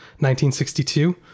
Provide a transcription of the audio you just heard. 1962